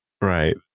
Right